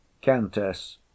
Countess